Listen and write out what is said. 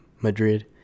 Madrid